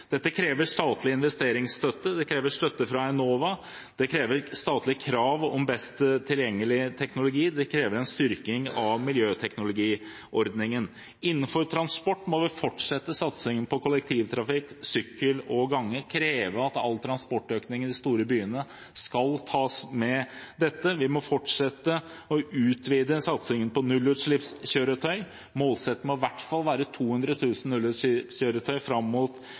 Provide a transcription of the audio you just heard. krever støtte fra Enova, det krever statlige krav om best tilgjengelig teknologi, og det krever en styrking av miljøteknologiordningen. Innenfor transport må vi fortsette satsingen på kollektivtrafikk, sykkel- og gangveier, og kreve at transportøkningen i de store byene tas på denne måten. Vi må fortsette å utvide satsingen på nullutslippskjøretøy. Målsettingen må i hvert fall være 200 000 nullutslippskjøretøy fram mot